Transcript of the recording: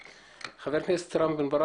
כידוע לכולם, האוכלוסייה הערבית בנגב,